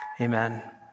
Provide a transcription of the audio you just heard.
Amen